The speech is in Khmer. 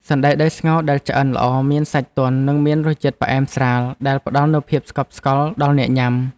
សណ្តែកដីស្ងោរដែលឆ្អិនល្អមានសាច់ទន់និងមានរសជាតិផ្អែមស្រាលដែលផ្តល់នូវភាពស្កប់ស្កល់ដល់អ្នកញ៉ាំ។